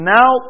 Now